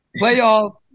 Playoff